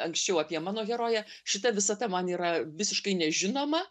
anksčiau apie mano heroję šita visata man yra visiškai nežinoma